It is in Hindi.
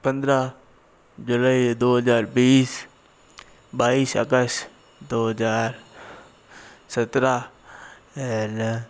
पंद्रह जुलाई दो हज़ार बीस बाईस अगस्त दो हज़ार सत्रह एल